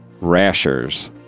Rashers